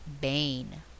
Bane